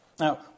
Now